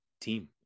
team